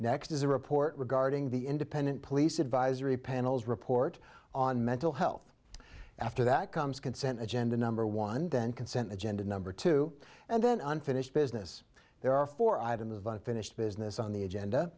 next is a report regarding the independent police advisory panels report on mental health after that comes consent agenda number one then consent agenda number two and then unfinished business there are four items of unfinished business on the agenda